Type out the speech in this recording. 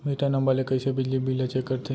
Metre number ले कइसे बिजली बिल ल चेक करथे?